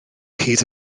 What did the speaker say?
hyd